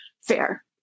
fair